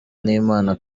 n’imana